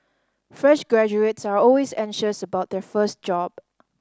fresh graduates are always anxious about their first job